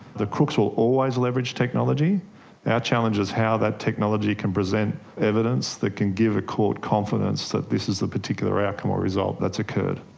the crooks will always leverage technology. our challenge is how that technology can present evidence that can give a court confidence that this is the particular outcome or result that has occurred.